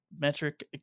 metric